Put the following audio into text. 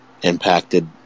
impacted